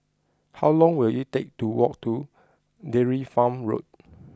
how long will it take to walk to Dairy Farm Road